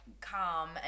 calm